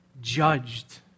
judged